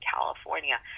California